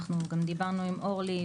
אנחנו גם דיברנו עם אורלי.